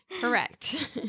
Correct